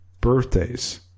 birthdays